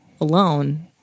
alone